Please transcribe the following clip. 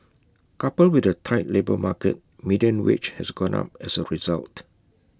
coupled with the tight labour market median wage has gone up as A result